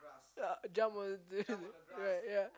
jump on the right yeah